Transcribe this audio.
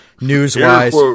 News-wise